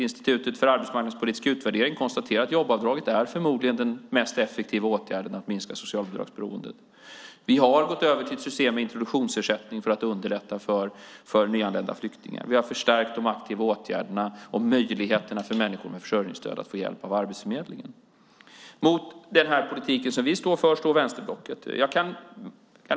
Institutet för arbetsmarknadspolitisk utvärdering konstaterar att jobbavdraget förmodligen är den mest effektiva åtgärden för att minska socialbidragsberoendet. Vi har gått över till ett system med introduktionsersättning för att underlätta för nyanlända flyktingar. Vi har förstärkt de aktiva åtgärderna och möjligheterna för människor med försörjningsstöd att få hjälp av Arbetsförmedlingen. Mot den politik vi står för står vänsterblocket.